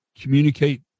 communicate